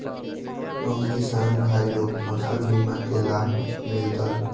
हम किसान भाई लोग फसल बीमा के लाभ मिलतई?